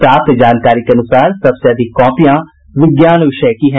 प्राप्त जानकारी के अनुसार सबसे अधिक कॉपियां विज्ञान विषय की है